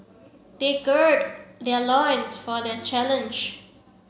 they gird their loins for the challenge